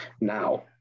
Now